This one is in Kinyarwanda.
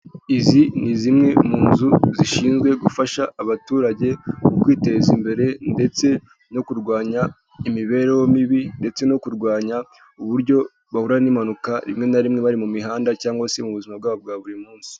Izi ni zimwe mu nzu zishinzwe gufasha abaturage kwiteza imbere ndetse no kurwanya imibereho mibi ndetse no kurwanya uburyo bahura n'impanuka rimwe na rimwe bari mu mihanda cyangwa se mu buzima bwabo bwa buri munsi.